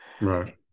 Right